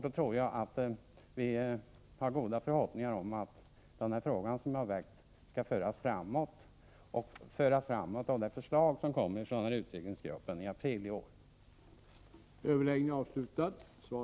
Då tror jag också att vi har goda förhoppningar om att den här frågan som jag har tagit upp skall föras framåt genom det förslag som kommer från utredningsgruppen i april i år.